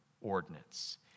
ordinance